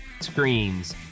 screams